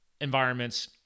environments